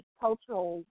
cultural